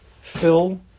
fill